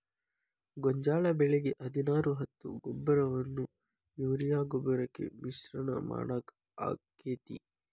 ಗೋಂಜಾಳ ಬೆಳಿಗೆ ಹದಿನಾರು ಹತ್ತು ಗೊಬ್ಬರವನ್ನು ಯೂರಿಯಾ ಗೊಬ್ಬರಕ್ಕೆ ಮಿಶ್ರಣ ಮಾಡಾಕ ಆಕ್ಕೆತಿ?